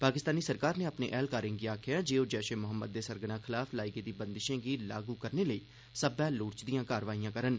पाकिस्तानी सरकार नै अपने ऐहलकारें गी आखेआ ऐ जे ओह् जैशे मोहम्मद दे सरगना खलाफ लाई गेदी बंदिशें गी लागू करने लेई सब्बै लोड़चदी कार्रवाईयां करन